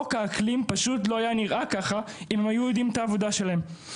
חוק האקלים פשוט לא היה נראה ככה אם הם היו יודעים את העבודה שלהם.